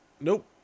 Nope